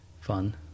fun